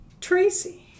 Tracy